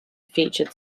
featured